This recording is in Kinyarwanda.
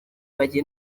bajya